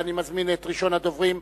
אני מזמין את ראשון הדוברים,